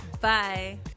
Bye